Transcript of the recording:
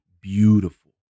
beautiful